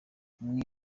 umwe